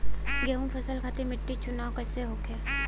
गेंहू फसल खातिर मिट्टी चुनाव कईसे होखे?